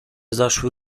zaszły